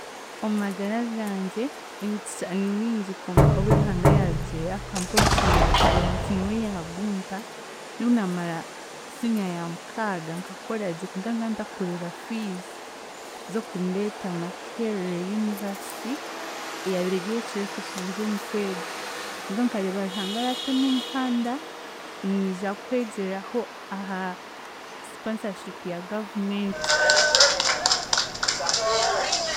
Omu magara gangye, emigisha ni mingi konka obu Ruhanga yaarugireyo akampa omugisha naanye nkareeba nti niwe yaagumpa, n'obu naamara siniya ya mukaaga nka koragye konka nkantakureeba fees z'okundeeta Makerere University, eyaabiire eri ekirooto kyangye omu kwega, konka nkareeba Ruhanga yaatema omuhanda, niija kwegyeraho aha sponsership ya government.